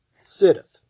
sitteth